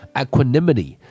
equanimity